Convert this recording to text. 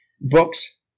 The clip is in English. books